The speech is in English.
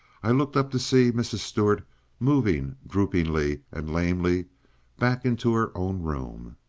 i looked up to see mrs. stuart moving droopingly and lamely back into her own room.